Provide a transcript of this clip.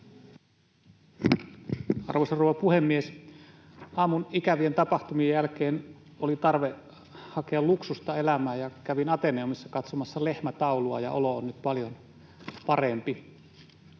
Arvoisa rouva puhemies! Aamun ikävien tapahtumien jälkeen oli tarve hakea luksusta elämään. Kävin Ateneumissa katsomassa lehmätaulua, ja olo on nyt paljon parempi.